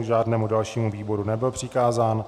Žádnému dalšímu výboru nebyl přikázán.